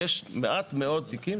הייתה דרושה הסכמת רשות מקומית,